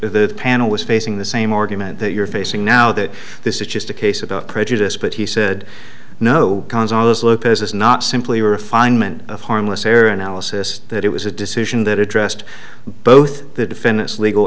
the panel was facing the same organ meant that you're facing now that this is just a case about prejudice but he said no cons all this lopez is not simply refinement of harmless error analysis that it was a decision that addressed both the defendant's legal